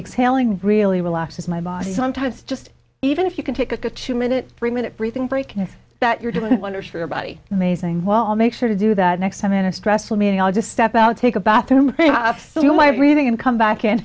exhaling really relaxes my body sometimes just even if you can take a two minute three minute breathing break and that you're doing wonders for your body amazing well make sure to do that next time in a stressful meeting i'll just step out take a bathroom through my breathing and come back and